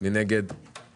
אני אזכיר לכם את הרציונל.